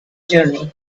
journey